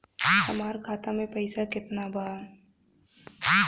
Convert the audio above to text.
हमरा खाता में पइसा केतना बा?